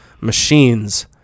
machines